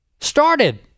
started